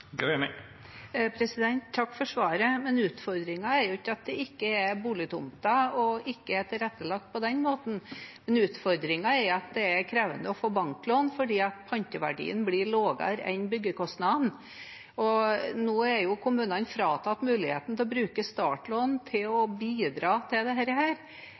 Takk for svaret. Utfordringen er ikke at det ikke er boligtomter og ikke er tilrettelagt på den måten, men utfordringen er at det er krevende å få banklån fordi panteverdien blir lavere enn byggekostnadene, og nå er jo kommunene fratatt muligheten til å bruke startlån til å bidra til